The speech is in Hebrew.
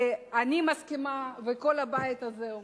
ואני מסכימה, וכל הבית הזה מסכים,